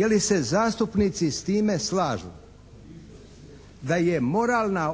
Je li se zastupnici s time slažu da je moralna